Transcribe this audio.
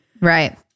Right